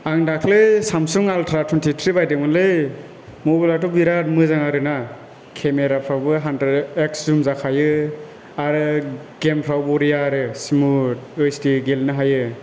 आं दाखालि Samsung ultra थुइनथिथ्रि बायदोंमोनलै मबाइलआथ' बिराथ मोजां आरो ना खेमेराफ्राबो हानद्रेद एक्स जुम जाखायो आरो गेमफ्राव बरिया आरो सिमुट ओइस डि गेलेनो हायो